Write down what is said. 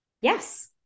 Yes